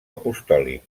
apostòlic